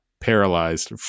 paralyzed